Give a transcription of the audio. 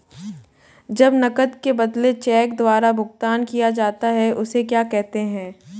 जब नकद के बदले चेक द्वारा भुगतान किया जाता हैं उसे क्या कहते है?